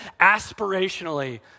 aspirationally